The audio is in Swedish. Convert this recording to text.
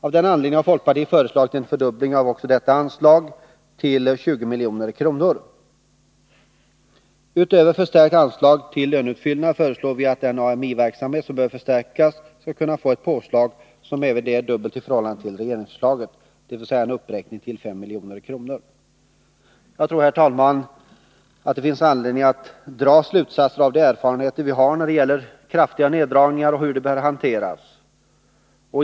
Av den anledningen har folkpartiet föreslagit en fördubbling av också detta anslag till 20 milj.kr. Utöver förstärkt anslag till löneutfyllnad föreslår vi att den AMI verksamhet som behöver förstärkas skall kunna få ett påslag, som även det är dubbelt i förhållande till regeringsförslaget, dvs. en uppräkning till 5 milj.kr. Jag tror, herr talman, att det finns anledning att dra slutsatser av de erfarenheter vi har när det gäller kraftiga neddragningar och hur de bör hanteras.